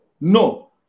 no